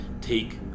take